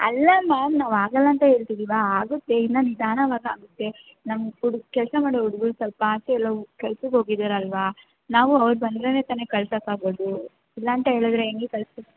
ಅಲ್ಲ ಮ್ಯಾಮ್ ನಾವು ಆಗಲ್ಲ ಅಂತ ಹೇಳ್ತಿದ್ದಿವಾ ಆಗುತ್ತೆ ಇನ್ನು ನಿಧಾನವಾಗಿ ಆಗತ್ತೆ ನಮ್ಮ ಹುಡು ಕೆಲಸ ಮಾಡೋ ಹುಡುಗ್ರ್ ಸ್ವಲ್ಪ ಆಚೆ ಎಲ್ಲೋ ಕೆಲ್ಸಕ್ಕೆ ಹೋಗಿದಾರ್ ಅಲ್ವಾ ನಾವು ಅವ್ರು ಬಂದರೇನೇ ತಾನೇ ಕಳ್ಸಕೆ ಆಗೋದು ಇಲ್ಲ ಅಂತ ಹೇಳಿದ್ರೆ ಹೆಂಗೆ ಕಳ್ಸ